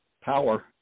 power